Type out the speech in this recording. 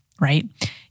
right